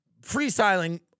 freestyling